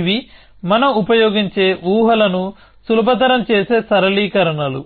ఇవి మనం ఉపయోగించే ఊహలను సులభతరం చేసే సరళీకరణలు